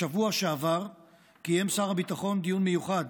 בשבוע שעבר קיים שר הביטחון דיון מיוחד